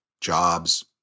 jobs